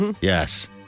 Yes